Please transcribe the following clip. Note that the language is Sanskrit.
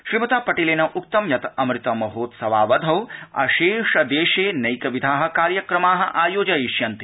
श्रीमता पटेलेन उक्तं यत् अमृत महोत्सवावधौ अशेष देशे नैकविधा कार्यक्रमा आयोजयिष्यन्ते